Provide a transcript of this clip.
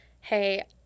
hey